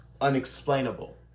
unexplainable